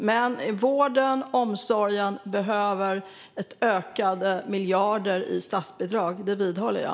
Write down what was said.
Men vården och omsorgen behöver ett ökat antal miljarder i statsbidrag. Det vidhåller jag.